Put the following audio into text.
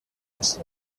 its